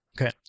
Okay